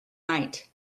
night